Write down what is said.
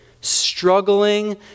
Struggling